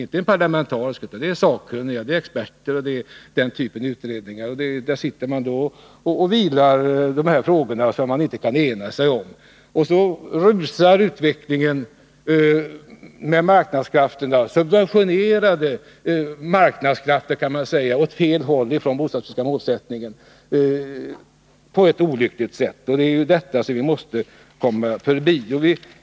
Det är inte parlamentariska utredningar, utan det är utredningar av typen fackkunniga och experter. Där sitter man och låter de här frågorna vila som man inte kan ena sig om. Samtidigt rusar utvecklingen med marknadskrafterna — subventionerade marknadskrafter kan man säga — åt fel håll i förhållande till de bostadspolitiska målsättningarna på ett olyckligt sätt. Det är detta som vi måste komma förbi.